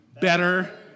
Better